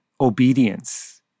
obedience